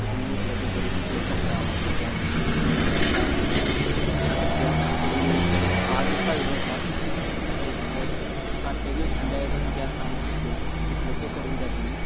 तं तुम्ही उपलब्ध करून देऊ शकता आम्हाला गॅस तसं काही नाही गॅस तरी आजच पाहिजे होता एक आजच्या दिवस संध्याकाळपर्यंत गॅस आम्हाला उपलब्ध उपलब्ध करून द्या तुम्ही